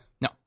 No